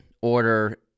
Order